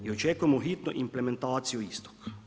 I očekujemo hitnu implementaciju istog.